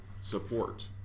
support